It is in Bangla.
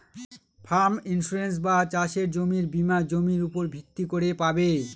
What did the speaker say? ফার্ম ইন্সুরেন্স বা চাসের জমির বীমা জমির উপর ভিত্তি করে পাবে